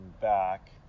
back